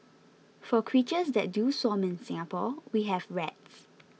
for creatures that do swarm in Singapore we have rats